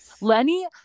lenny